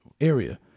area